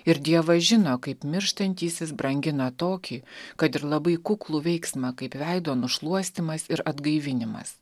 ir dievas žino kaip mirštantysis brangina tokį kad ir labai kuklų veiksmą kaip veido nušluostymas ir atgaivinimas